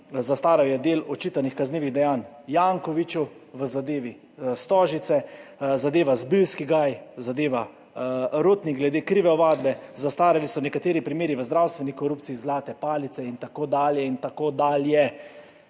zastaral je del očitanih kaznivih dejanj Jankoviću v zadevi Stožice, zadeva Zbiljski gaj, zadeva Rotnik glede krive ovadbe, zastarali so nekateri primeri v zdravstveni korupciji, zlate palice in tako dalje in tako dalje.